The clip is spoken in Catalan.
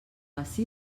ací